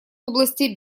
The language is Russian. области